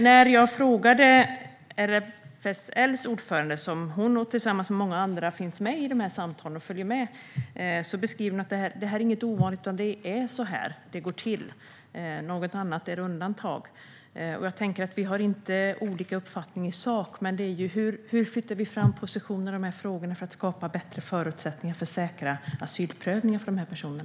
När jag frågade RFSL:s ordförande, som tillsammans med många andra finns med och följer de här samtalen, beskrev hon att det här inte är något ovanligt utan att det är så här det går till. Något annat är undantag. Jag tänker att vi inte har olika uppfattning i sak här, men hur flyttar vi fram positionerna i de här frågorna för att skapa bättre förutsättningar för säkra asylprövningar för dessa personer?